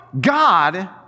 God